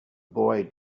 boy